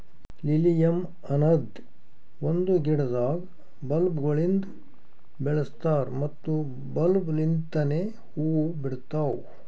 lilium ಅನದ್ ಒಂದು ಗಿಡದಾಗ್ ಬಲ್ಬ್ ಗೊಳಿಂದ್ ಬೆಳಸ್ತಾರ್ ಮತ್ತ ಬಲ್ಬ್ ಲಿಂತನೆ ಹೂವು ಬಿಡ್ತಾವ್